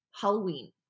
Halloween